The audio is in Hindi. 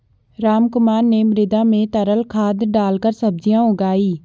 रामकुमार ने मृदा में तरल खाद डालकर सब्जियां उगाई